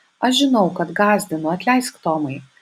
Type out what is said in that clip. aš žinau kad gąsdinu atleisk tomai